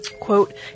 Quote